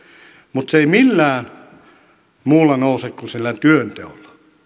mutta se ei millään muulla nouse kuin sillä työnteolla